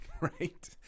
right